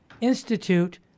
institute